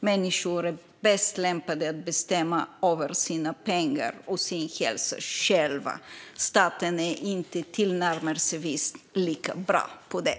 Människor är bäst lämpade att bestämma över sina pengar och sin hälsa själva. Staten är inte tillnärmelsevis lika bra på det.